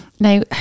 Now